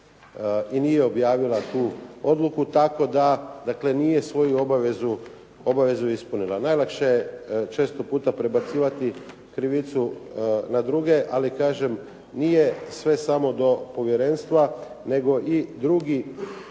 i nije objavila tu odluku, tako da dakle nije svoju obavezu ispunila. Najlakše je često puta prebacivati krivicu na druge, ali kažem nije sve samo do povjerenstva, nego i druge